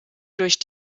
durch